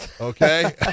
okay